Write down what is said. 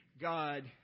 God